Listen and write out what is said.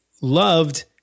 loved